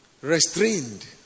Restrained